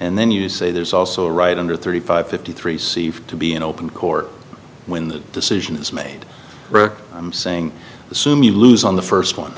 and then you say there's also a right under thirty five fifty three c to be in open court when the decision is made i'm saying assume you lose on the first one